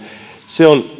se on